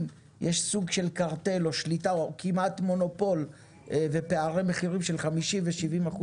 יש סוג של קרטל או שליטה או כמעט מונופול ופערי מחירים של 50% ו-70%,